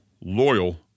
loyal